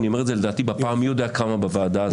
אני אומר את זה לדעתי בפעם המי יודע כמה בוועדה הזאת,